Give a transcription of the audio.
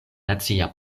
nacia